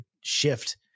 shift